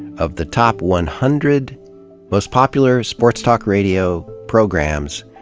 of the top one hundred most popular sports talk radio programs,